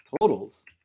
totals